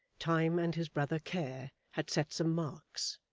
time and his brother care had set some marks,